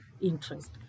interest